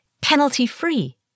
penalty-free